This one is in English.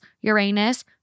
Uranus